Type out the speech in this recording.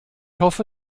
hoffe